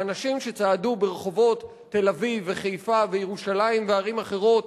האנשים שצעדו ברחובות תל-אביב וחיפה וירושלים וערים אחרות